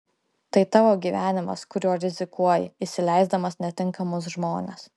tai tavo gyvenimas kuriuo rizikuoji įsileisdamas netinkamus žmones